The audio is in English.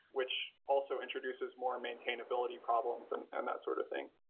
which also introduces more maintainability problems and and that sort of thing.